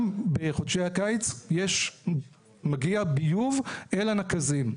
גם בחודשי הקיץ מגיע ביוב אל הנקזים.